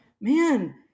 man